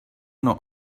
know